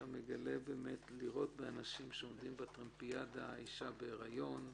לירות באנשים שעומדים בטרמפיאדה, אישה בהיריון,